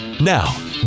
now